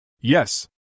Yes